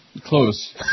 Close